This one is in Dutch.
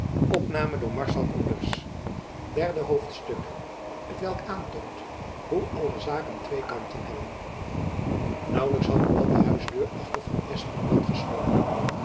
derde hoofdstuk t welk aantoont hoe alle zaken twee kanten hebben naauwelijks had buat de huisdeur achter van espenblad gesloten